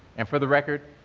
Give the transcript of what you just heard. and for the record,